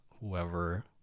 whoever